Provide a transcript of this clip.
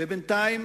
בינתיים